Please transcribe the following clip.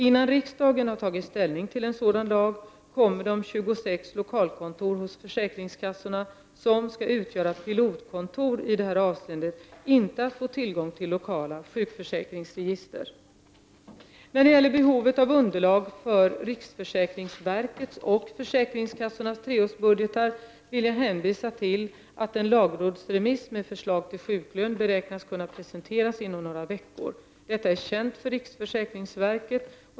Innan riksdagen har tagit ställning till en sådan lag kommer de 26 lokalkontor hos försäkringskassorna som skall utgöra pilotkontor i det här avseendet inte att få tillgång till lokala sjukförsäkringsregister. När det gäller behovet av underlag för riksförsäkringsverkets och försäkringskassornas treårsbudgetar vill jag hänvisa till att en lagrådsremiss med förslag till sjuklön beräknas kunna presenteras inom några veckor. Detta är känt för riksförsäkringsverket.